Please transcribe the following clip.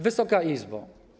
Wysoka Izbo!